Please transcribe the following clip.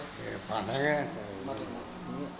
నీ పండగ ఏంటే నీయమ్మ